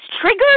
triggered